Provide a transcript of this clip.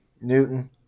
Newton